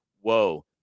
Whoa